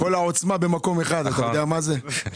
כל העוצמה במקום אחד, אתה יודע מה זה?